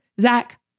Zach